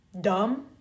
dumb